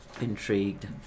Intrigued